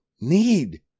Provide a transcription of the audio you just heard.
need